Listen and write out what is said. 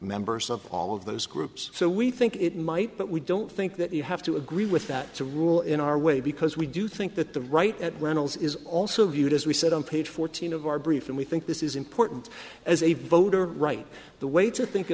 members of all of those groups so we think it might but we don't think that you have to agree with that to rule in our way because we do think that the right at reynolds is also viewed as we said on page fourteen of our brief and we think this is important as a voter right the way to think